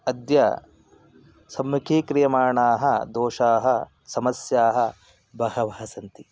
अद्य सम्मुखीक्रियमाणाः दोषाः समस्याः बहवः सन्ति